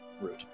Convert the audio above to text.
route